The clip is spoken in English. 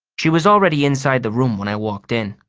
she was already inside the room when i walked in.